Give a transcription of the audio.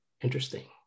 Interesting